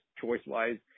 choice-wise